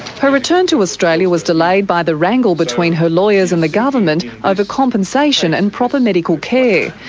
her return to australia was delayed by the wrangle between her lawyers and the government over compensation and proper medical care.